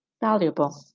valuable